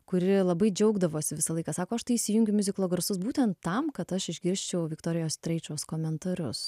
kuri labai džiaugdavosi visą laiką sako aš tai įsijungiu miuziklo garsus būtent tam kad aš išgirsčiau viktorijos traičios komentarus